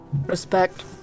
Respect